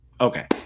Okay